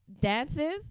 dances